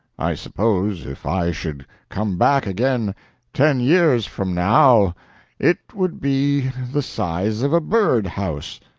i suppose if i should come back again ten years from now it would be the size of a bird-house.